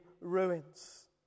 ruins